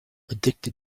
addicted